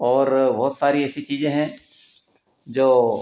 और बहुत सारी ऐसी चीज़ें हैं जो